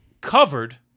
covered